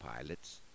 pilots